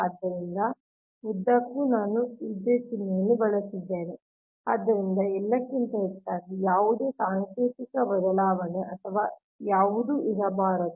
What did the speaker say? ಆದ್ದರಿಂದ ಈ ಉದ್ದಕ್ಕೂ ನಾನು ಇದನ್ನು ಬಳಸಬೇಕಾಗಿದೆ ಆದ್ದರಿಂದ ಎಲ್ಲಕ್ಕಿಂತ ಹೆಚ್ಚಾಗಿ ಯಾವುದೇ ಸಾಂಕೇತಿಕ ಬದಲಾವಣೆ ಅಥವಾ ಯಾವುದೂ ಇರಬಾರದು